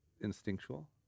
instinctual